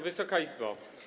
Wysoka Izbo!